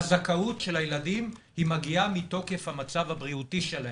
הזכאות של הילדים מגיעה מתוקף המצב הבריאותי שלהם.